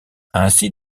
ainsi